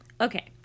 Okay